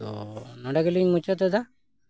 ᱛᱚ ᱱᱚᱰᱮ ᱜᱮᱞᱤᱧ ᱢᱩᱪᱟᱹᱫ ᱮᱫᱟ